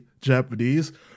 Japanese